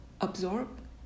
absorb